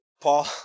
Paul